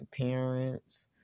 parents